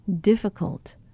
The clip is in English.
difficult